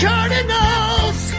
Cardinals